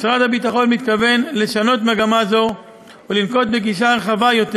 משרד הביטחון מתכוון לשנות מגמה זו ולנקוט גישה רחבה יותר,